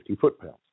foot-pounds